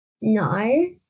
No